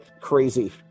crazy